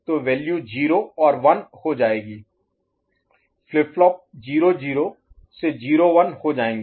तो वैल्यू 0 और 1 हो जाएगी फ्लिप फ्लॉप 0 0 से 0 1 हो जाएंगे